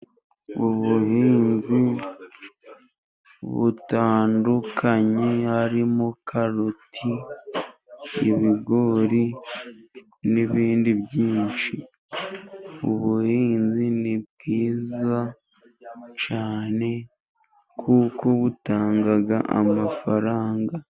Ubuhinzi butandukanye harimo karoti, ibigori n'ibindi byinshi. Ubuhinzi ni bwiza cyane, kuko butanga amafaranga.